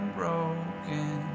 broken